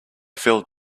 filled